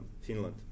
Finland